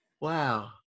wow